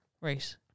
right